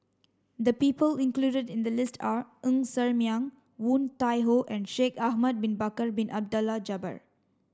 the people included in the list are Ng Ser Miang Woon Tai Ho and Shaikh Ahmad bin Bakar Bin Abdullah Jabbar